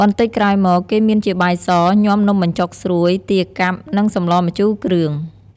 បន្តិចក្រោយមក គេមានជាបាយស ញាំនំបញ្ចុកស្រួយ ទាកាប់ និងសម្លរម្ជូរគ្រឿង។